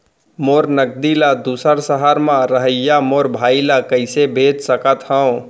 मोर नगदी ला दूसर सहर म रहइया मोर भाई ला कइसे भेज सकत हव?